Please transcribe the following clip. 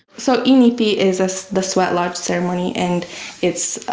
so inipi is so the sweat lodge ceremony and it's